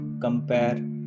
compare